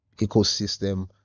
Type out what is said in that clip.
ecosystem